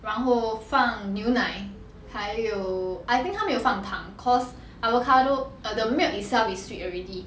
然后放牛奶还有 I think 他没有放糖 cause avocado err the milk itself is sweet already